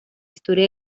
historia